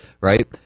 right